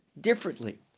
differently